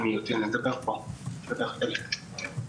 דקה.